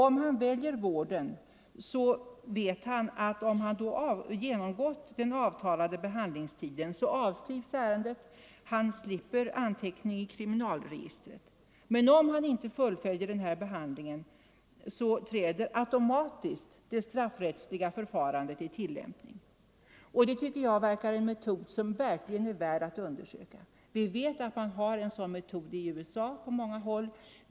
Om han väljer vården vet han att om han genomgått den avtalade behandlingstiden avskrivs ärendet och han slipper anteckning i kriminalregistret. Men om han inte fullföljer behandlingen så träder automatiskt det straffrättsliga förfarandet i tillämpning. Det tycker jag är en metod som verkligen är värd att undersökas. Vi vet att man har en sådan metod på många håll i USA.